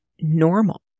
normal